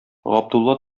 габдулла